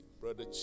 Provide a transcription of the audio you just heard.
Brother